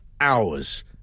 hours